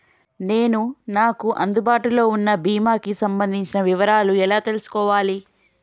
నేను నాకు అందుబాటులో ఉన్న బీమా కి సంబంధించిన వివరాలు ఎలా తెలుసుకోవాలి?